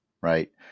right